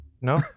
No